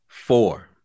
Four